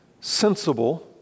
sensible